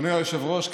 אדוני היושב-ראש,